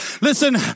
Listen